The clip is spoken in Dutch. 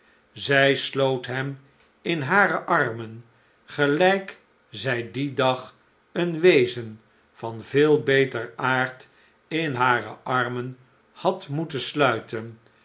zij sloot hem in hare armen gelijk zij dien dag een wezen van veel beter aard in hare armen had moeten sluiten